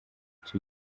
icyo